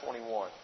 21